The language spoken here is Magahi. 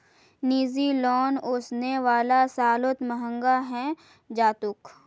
निजी लोन ओसने वाला सालत महंगा हैं जातोक